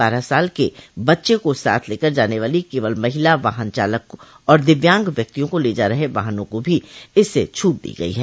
बारह साल तक के बच्चे को साथ लेकर जाने वाली कवल महिला वाहन चालक और दिव्यांग व्यक्तियों को ले जा रहे वाहनों का भी इससे छूट दी गई है